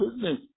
business